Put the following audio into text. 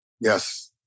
Yes